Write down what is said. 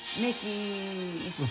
Mickey